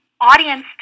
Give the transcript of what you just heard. audience